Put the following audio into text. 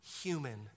human